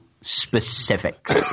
specifics